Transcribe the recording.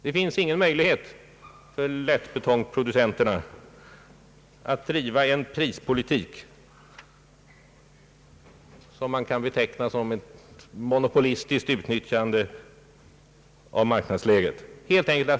Det finns ingen möjlighet för lättbetongproducenterna att driva en prispolitik som man kan beteckna såsom ett monopolistiskt utnyttjande av marknadsläget.